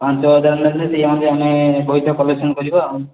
ପାଞ୍ଚ ହଜାର ନେଲେ ବି ଆମେ ପଇସା କଲେକ୍ସନ୍ କରିବା ଆଉ